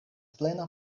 plena